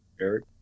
Eric